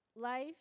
Life